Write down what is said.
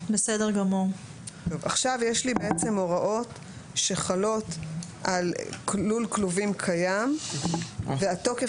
עכשיו יש הוראות שחלות על לול כלובים קיים ותוקף